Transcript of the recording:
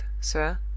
sir